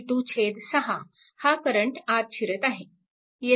त्यामुळे 6 हा करंट आत शिरत आहे